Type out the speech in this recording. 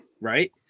right